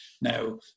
Now